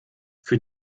für